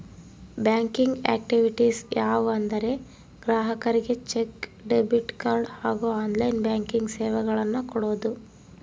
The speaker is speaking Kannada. ಬ್ಯಾಂಕಿಂಗ್ ಆಕ್ಟಿವಿಟೀಸ್ ಯಾವ ಅಂದರೆ ಗ್ರಾಹಕರಿಗೆ ಚೆಕ್, ಡೆಬಿಟ್ ಕಾರ್ಡ್ ಹಾಗೂ ಆನ್ಲೈನ್ ಬ್ಯಾಂಕಿಂಗ್ ಸೇವೆಗಳನ್ನು ಕೊಡೋದು